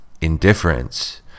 indifference